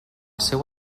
seu